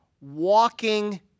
walking